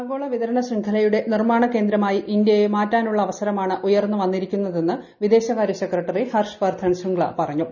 ആഗോള വിതരണ ശൃംഖലയുടെ നിർമാണ കേന്ദ്രമായി ഇന്ത്യയെ മാറ്റാനുള്ള അവസരമാണ് ഉയർന്നുവന്നിരിക്കുന്നതെന്ന് വിദേശകാര്യ സെക്രട്ടറി ഹർഷ വർധൻ ശൃംഗ്ല പറഞ്ഞു